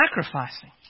sacrificing